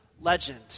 legend